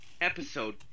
episode